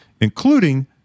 including